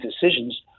decisions